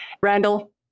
Randall